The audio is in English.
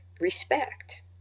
respect